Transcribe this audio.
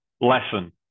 lesson